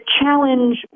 challenge